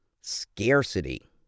scarcity